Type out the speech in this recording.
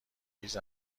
هیز